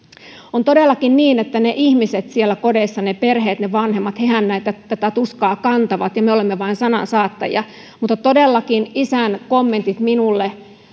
on todellakin niin että ne ihmiset siellä kodeissa ne perheet ne vanhemmat hehän tätä tuskaa kantavat ja me olemme vain sanansaattajia mutta todellakin isän kommentit minulle olivat